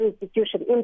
institution